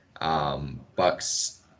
Bucks